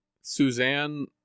Suzanne